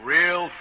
Real